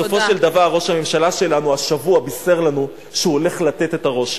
בסופו של דבר ראש הממשלה שלנו השבוע בישר לנו שהוא הולך לתת את הראש.